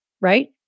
right